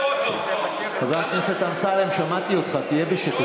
פתחתם פה, חבר הכנסת אמסלם, בבקשה שקט.